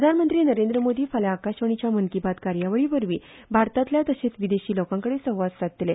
प्रधानमंत्री नरेंद्र मोदी फाल्या आकाशवाणीच्या मन की बात कार्यावळी वरवी भारतातल्या तशेच विदेशी लोकांकडेन संवाद सादतले